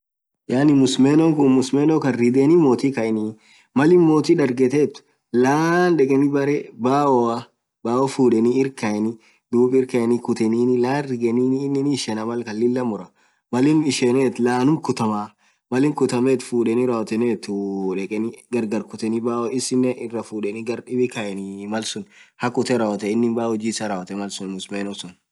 Yaani misimeno khuun misismeno khaan righeni mothi kaaeni Mal inin mothi darghethethu laaan dhekeni berre bao bao fudheni irkhaeni dhub irkhaeni khuteninin laan rigeninnin ininin hii ishenaa malkan Lilah murah Mal inn ishenethu lanum kuthamaa Mal inn khuthamoth fudheni rawothenoth dhekeni gargar kutheni bao isinen irafudheni gardhibi kaaenii Mal sunn hakhutee rawothe innin baa huji isaa rawothe misismeno suun